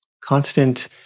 constant